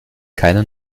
keine